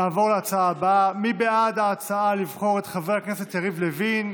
נעבור להצעה הבאה: מי בעד ההצעה לבחור את חבר הכנסת יריב לוין?